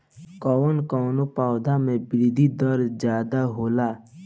कवन कवने पौधा में वृद्धि दर ज्यादा होला?